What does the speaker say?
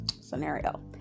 scenario